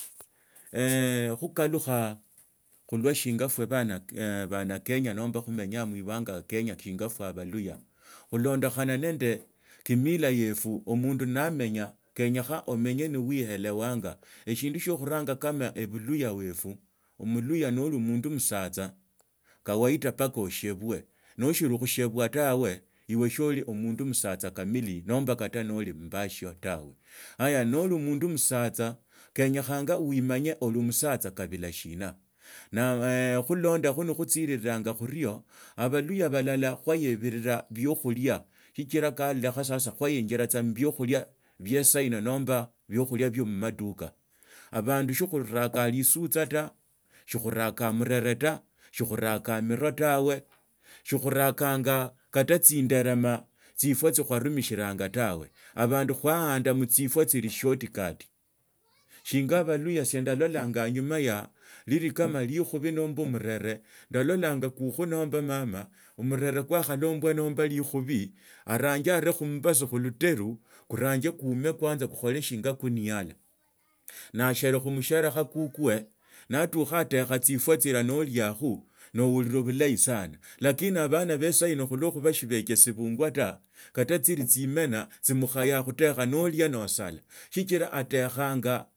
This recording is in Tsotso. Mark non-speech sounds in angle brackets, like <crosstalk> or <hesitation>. <hesitation> hukalikha khulwo shinya fwe banakenja nomba khusia muibanga kenya shinga ifwa abaluya khulondokhana nende kimila yefu mundu namenya kenyekha amanye nolekusanga eshindu shiokhuranga kama ebuluhya wefu omuluhya noli omundu musatsa kenyekhanga uimanye oli omusatsa kamili nomba kata noli mubashio tawa haya noli omundu musatsa kenyakhanga uimanye oli omusatsa kabila shii na khulondakho ne khushiriranga khurio abaluya balala khuwayebiriraa chokhulia sichiraa kaalekho sasa khwaenjira tsa mubiokhulia bie sahino nomba ebiokhula bia amaduka abandu shikhuriraka lisutsa shihuriraka murere ta shikhuriraka emiro tawe shikhuriraka kata tsinderema tsifwa tsia khwarumushiranga tawe abandu kwaanda mutsifwa tsili short cut shinga abaluhya shia ndololanga anyuma alia liri kama likhubi nomba omurere lulanya kukhu nomba omwana omurere kwa khalambusa nomba likhubi orangee aree khumbasu nomba khulutelu kurange kulumbe kwanza kukhila shinga kuniala naasherekha omusherekha kukwe natukha otekha tsifwa tsilia naaliakho naurilo bulahi sana lakini abana ba sahino khulwa khuba shibetsibungwa ta kata tsili tsimena tsimukhayaa khutekha nolia noosala.